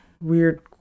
weird